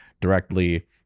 directly